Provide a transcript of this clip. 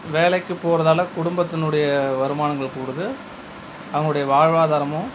வேலைக்கு போகிறதால குடுபத்தினுடைய வருமானங்கள் கூடுது அவங்களுடைய வாழ்வாதாரமும்